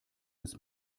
des